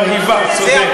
מרהיבה, צודק.